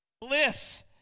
Bliss